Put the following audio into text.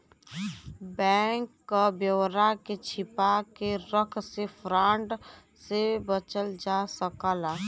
bank क ब्यौरा के छिपा के रख से फ्रॉड से बचल जा सकला